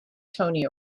tony